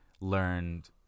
learned